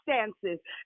circumstances